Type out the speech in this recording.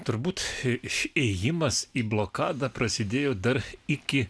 turbūt ėjimas į blokadą prasidėjo dar iki